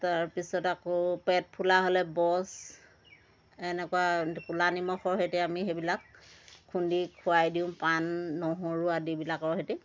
তাৰপিছত আকৌ পেট ফুলা হ'লে বছ এনেকুৱা ক'লা নিমখৰ সৈতে আমি সেইবিলাক খুন্দি খুৱাই দিওঁ পাণ নহৰু আদিবিলাকৰ সৈতে